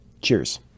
Cheers